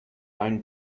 own